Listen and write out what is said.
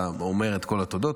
אתה אומר את כל התודות.